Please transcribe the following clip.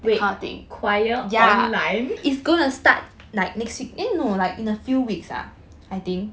wait choir online